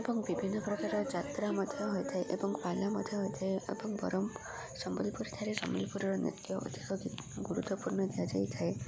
ଏବଂ ବିଭିନ୍ନ ପ୍ରକାର ଯାତ୍ରା ମଧ୍ୟ ହୋଇଥାଏ ଏବଂ ପାଲା ମଧ୍ୟ ହୋଇଥାଏ ଏବଂ ବରଂ ସମ୍ବଲପୁର ଠାରେ ସମ୍ବଲପୁରୀର ନୃତ୍ୟ ଅଧିକ ଗୁରୁତ୍ୱପୂର୍ଣ୍ଣ ଦିଆଯାଇଥାଏ